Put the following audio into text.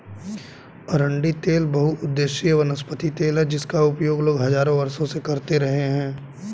अरंडी तेल बहुउद्देशीय वनस्पति तेल है जिसका उपयोग लोग हजारों वर्षों से करते रहे हैं